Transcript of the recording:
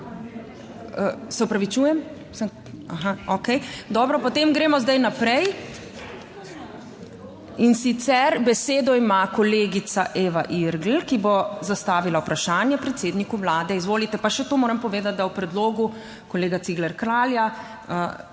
Se opravičujem, sem, aha, okej, dobro, potem gremo zdaj naprej, in sicer besedo ima kolegica Eva Irgl, ki bo zastavila vprašanje predsedniku Vlade, izvolite. Pa še to moram povedati, da o predlogu kolega Cigler Kralja bomo